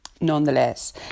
nonetheless